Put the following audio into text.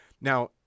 Now